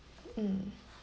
mm